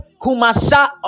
Kumasa